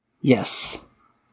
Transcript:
Yes